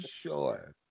sure